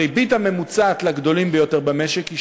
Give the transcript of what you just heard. הריבית הממוצעת לגדולים ביותר במשק היא